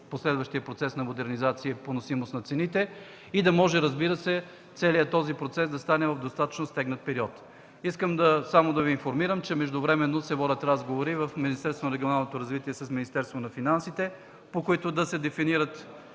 последващия процес на модернизация и поносимост на цените и да може, разбира се, целият този процес да стане в достатъчно стегнат период. Искам само да Ви информирам, че междувременно се водят разговори в Министерството на регионалното